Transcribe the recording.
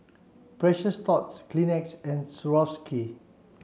Precious Thots Kleenex and Swarovski